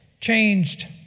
changed